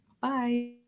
bye